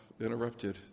interrupted